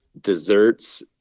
desserts